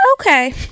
Okay